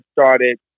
started